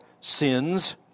sins